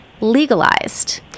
legalized